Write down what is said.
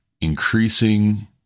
increasing